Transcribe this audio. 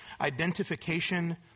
identification